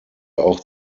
auch